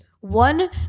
One